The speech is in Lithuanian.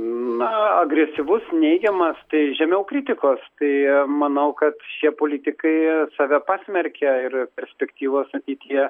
na agresyvus neigiamas tai žemiau kritikos tai manau kad šie politikai save pasmerkia ir perspektyvos ateityje